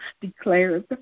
declares